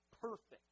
perfect